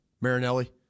Marinelli